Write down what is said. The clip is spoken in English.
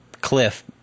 cliff